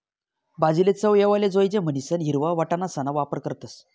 भाजीले चव येवाले जोयजे म्हणीसन हिरवा वटाणासणा वापर करतस